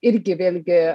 irgi vėlgi